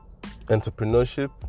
entrepreneurship